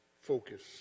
focus